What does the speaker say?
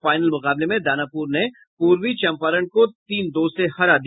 final मुकाबले में दानापुर ने पूर्वी चंपारण को तीन दो से हराया